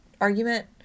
argument